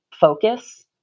focus